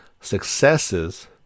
successes